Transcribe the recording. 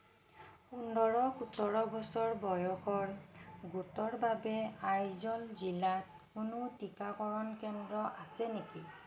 পোন্ধৰ সোতৰ বছৰ বয়সৰ গোটৰ বাবে আইজল জিলাত কোনো টিকাকৰণ কেন্দ্ৰ আছে নেকি